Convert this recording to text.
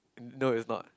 no it's not